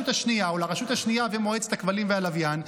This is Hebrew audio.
השנייה או הרשות השנייה ומועצת הכבלים והלוויין.